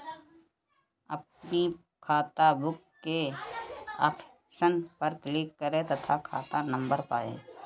अपनी खाताबुक के ऑप्शन पर क्लिक करें तथा खाता नंबर पाएं